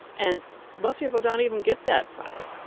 and most people don't even get that five.